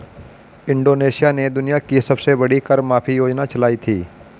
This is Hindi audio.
इंडोनेशिया ने दुनिया की सबसे बड़ी कर माफी योजना चलाई थी